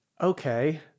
Okay